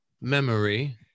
memory